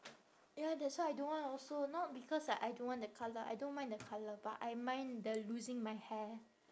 ya that's why I don't want also not because like I don't want the colour I don't mind the colour but I mind the losing my hair